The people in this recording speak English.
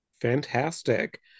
Fantastic